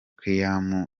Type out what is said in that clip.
kaymu